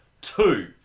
Two